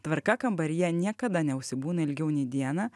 tvarka kambaryje niekada neužsibūna ilgiau nei dieną